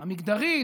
המגדרית,